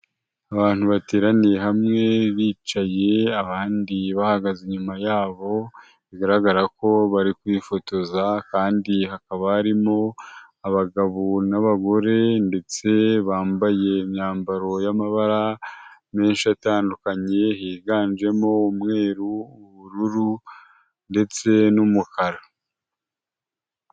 Abantu bateraniye hamwe bicaye abandi bahagaze inyuma yabo bigaragara ko bari kwifotoza kandi hakaba harimo abagabo n'abagore ndetse bambaye imyambaro y'amabara menshi atandukanye, higanjemo umweru, ubururu ndetse n'umukara.